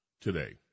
today